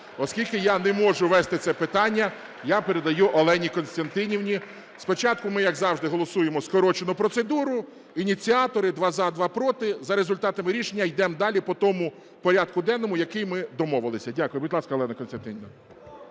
Оскільки я не можу вести це питання, я передаю слово Олені Костянтинівні. Спочатку ми, як завжди, голосуємо скорочену процедуру. Ініціатори. Два – за, два – проти. За результатами рішення йдемо далі по тому порядку денному, який ми домовилися. Дякую. Будь ласка, Олено Костянтинівно.